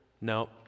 No